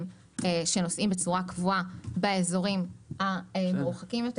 שנוסעים בצורה קבועה באזורים המרוחקים יותר.